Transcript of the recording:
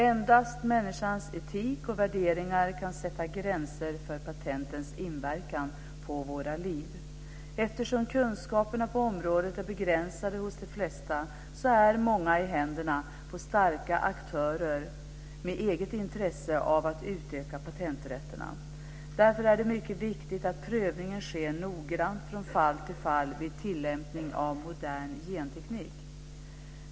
Endast människans etik och värderingar kan sätta gränser för patentens inverkan på våra liv. Eftersom kunskaperna på området är begränsade hos de flesta, är många i händerna på starka aktörer med eget intresse av att utöka patenträtterna. Därför är det mycket viktigt att prövningen sker noggrant från fall till fall vid tilllämpning av modern genteknik.